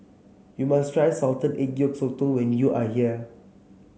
you must try Salted Egg Yolk Sotong when you are here